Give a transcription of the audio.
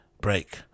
break